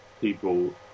people